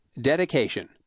Dedication